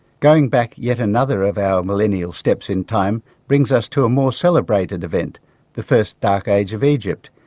going back yet another of our millennial steps in time brings us to a more celebrated event the first dark age of egypt,